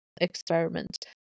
experiment